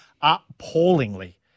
appallingly